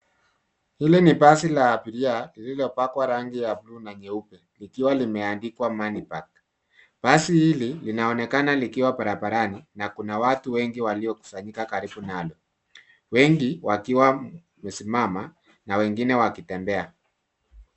Hili ni basi la abiria lililopakwa rangi ya bule na nyeupe, likiwa limeandikwa Money Park . Basi hili linaonekana likiwa barabarani na kuna watu wengi waliokusanyika karibu nalo, wengi wakiwa wamesimama na wengine wakitembea.